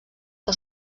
que